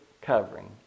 covering